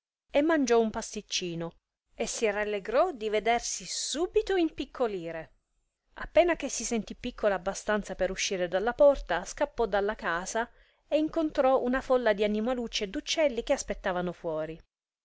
e mangiò un pasticcino e si rallegrò di vedersi subito impiccolire appena che si sentì piccola abbastanza per uscire dalla porta scappò dalla casa e incontrò una folla di animalucci e d'uccelli che aspettavano fuori